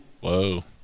Whoa